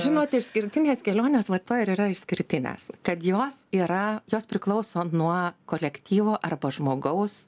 žinot išskirtinės kelionės vat tuo ir yra išskirtinės kad jos yra jos priklauso nuo kolektyvo ar žmogaus